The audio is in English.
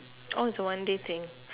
oh it's a one day thing